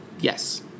Yes